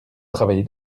travaillez